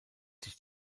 sich